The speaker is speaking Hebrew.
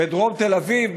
בדרום תל אביב,